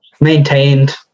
maintained